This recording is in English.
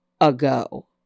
ago